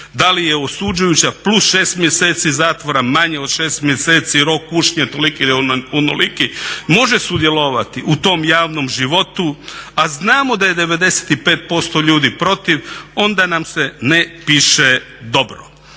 da li je osuđujuća plus 6 mjeseci zatvora, manje od 6 mjeseci, rok kušnje toliki, onoliki, može sudjelovati u tom javnom životu a znamo da je 95% ljudi protiv, onda nam se ne piše dobro.